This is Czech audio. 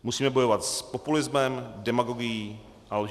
Musíme bojovat s populismem, demagogií a lží.